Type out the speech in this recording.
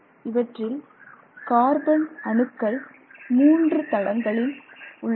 இவற்றில் கார்பன் அணுக்கள் மூன்று தளங்களில் உள்ளன